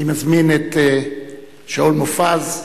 אני מזמין את שאול מופז,